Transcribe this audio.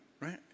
right